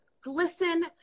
glisten